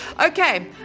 Okay